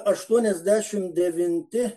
aštuoniasdešimt devinti